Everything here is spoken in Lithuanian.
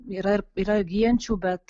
yra ir yra gyjančių bet